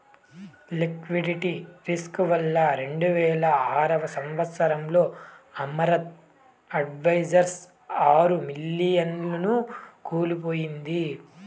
liquidity risk వల్ల రెండువేల ఆరవ సంవచ్చరంలో అమరత్ అడ్వైజర్స్ ఆరు మిలియన్లను కోల్పోయింది